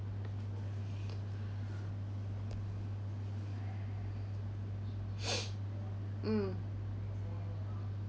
mm